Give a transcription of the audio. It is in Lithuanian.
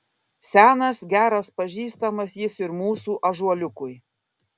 senas geras pažįstamas jis ir mūsų ąžuoliukui